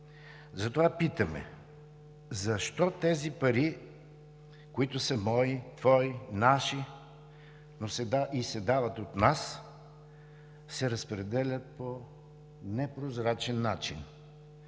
затова питаме: защо тези пари, които са мои, твои, наши и се дават от нас, се разпределят по непрозрачен начин?